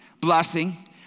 blessing